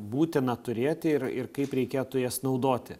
būtina turėti ir ir kaip reikėtų jas naudoti